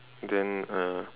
then uh